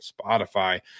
Spotify